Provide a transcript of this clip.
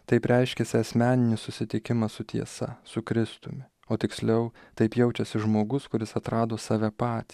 taip reiškiasi asmeninis susitikimas su tiesa su kristumi o tiksliau taip jaučiasi žmogus kuris atrado save pat